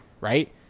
right